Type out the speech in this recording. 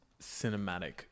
cinematic